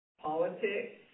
politics